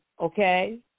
Okay